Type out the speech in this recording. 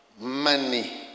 money